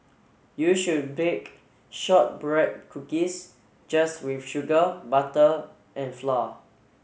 you should bake shortbread cookies just with sugar butter and flour